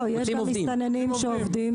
יש גם מסתננים שעובדים.